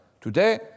today